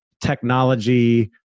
technology